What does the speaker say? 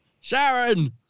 Sharon